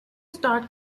starred